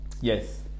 Yes